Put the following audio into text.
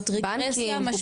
זאת רגרסיה משמעותית.